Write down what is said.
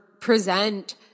present